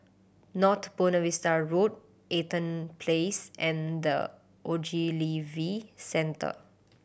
North Buona Vista Road Eaton Place and The Ogilvy Centre